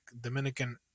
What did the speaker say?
Dominican